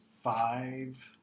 five